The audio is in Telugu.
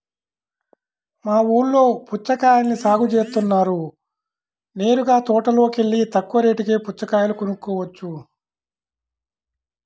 మా ఊల్లో పుచ్చకాయల్ని సాగు జేత్తన్నారు నేరుగా తోటలోకెల్లి తక్కువ రేటుకే పుచ్చకాయలు కొనుక్కోవచ్చు